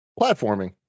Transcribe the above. Platforming